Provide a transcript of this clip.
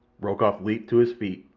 rokoff leaped to his feet,